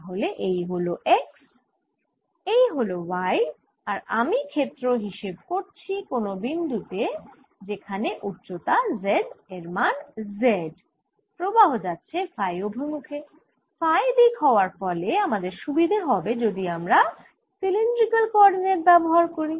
তাহলে এই হল x এই হল y আর আমি ক্ষেত্র হিসেব করছি কোন বিন্দু তে যেখানে উচ্চতা z এর মান z প্রবাহ যাচ্ছে ফাই অভিমুখে ফাই দিক হওয়ার ফলে আমাদের সুবিধে হবে যদি আমরা সিলিন্ড্রিকাল কোঅরডিনেট ব্যবহার করি